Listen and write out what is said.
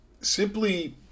simply